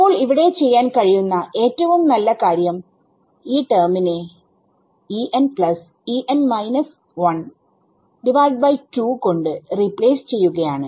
അപ്പോൾ ഇവിടെ ചെയ്യാൻ കഴിയുന്ന ഏറ്റവും നല്ല കാര്യം ഈ ടെർമിനെ കൊണ്ട് റീപ്ലേസ് ചെയ്യുകയാണ്